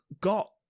got